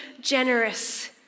generous